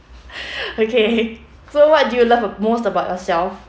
okay so what do you love most about yourself